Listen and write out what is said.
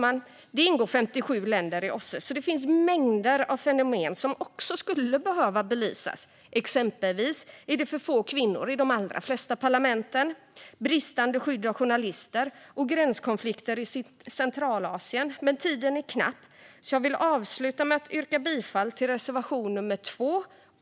Eftersom det ingår 57 länder i OSSE finns det mängder av fenomen som också skulle behöva belysas, exempelvis att det är för få kvinnor i de flesta parlamenten, bristande skydd av journalister och gränskonflikter i Centralasien. Men tiden är knapp, så jag vill avsluta med att yrka bifall till reservation nummer 2.